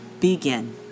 begin